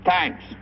Thanks